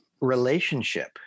relationship